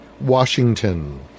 Washington